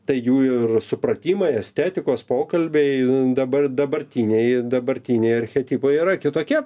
tai jų ir supratimai estetikos pokalbiai dabar dabartiniai dabartiniai archetipai yra kitokie